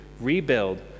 rebuild